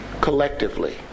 collectively